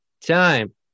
time